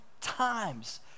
times